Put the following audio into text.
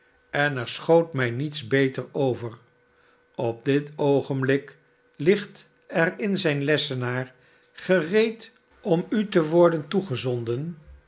en er schoot mij niets beters over op dit oogenblik ligt er in zijn lessenaar gereed om u te worden toegezonden